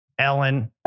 Ellen